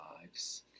lives